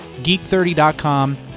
geek30.com